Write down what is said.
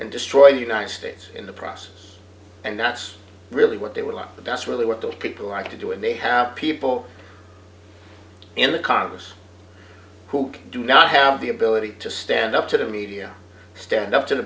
and destroy the united states in the process and that's really what they would like but that's really what the people like to do when they have people in the congress who do not have the ability to stand up to the media stand up to the